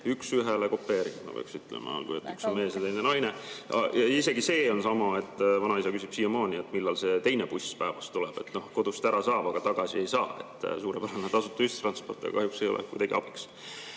üks ühele kopeeritud, ma peaks ütlema, kuigi üks on mees ja teine naine. Isegi see on sama, et vanaisa küsib siiamaani, millal see teine buss päevas tuleb. Sest kodust ära saab, aga tagasi ei saa. Suurepärane tasuta ühistransport, aga kahjuks ei ole kuidagi abiks.